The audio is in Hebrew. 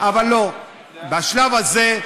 אבל לא, בשלב הזה,